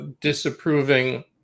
disapproving